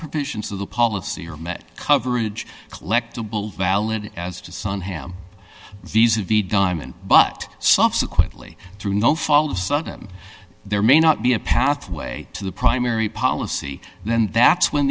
provisions of the policy are met coverage collectible valid as to sun ham visa v diamond but subsequently through no fault of sudden there may not be a pathway to the primary policy then that's when